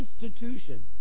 institution